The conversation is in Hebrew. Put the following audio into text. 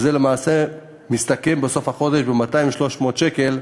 זה למעשה מסתכם בסוף החודש ב-200 300 שקל,